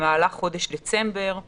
במהלך חודש דצמבר,